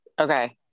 Okay